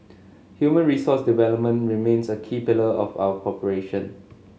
human resource development remains a key pillar of our cooperation